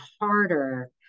harder